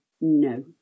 No